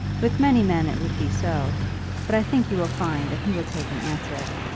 with many men it would be so but i think you will find that he will take an answer,